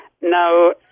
Now